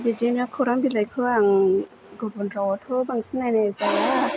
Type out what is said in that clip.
बिदिनो खौरां बिलाइखौ आं गुबुन रावावथ' बांसिन नायनाय जाया